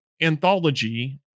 anthology